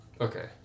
Okay